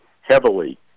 heavily